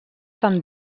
tan